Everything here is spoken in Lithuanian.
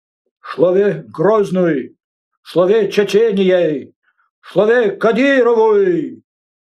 šlovė groznui šlovė čečėnijai šlovė kadyrovui